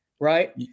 right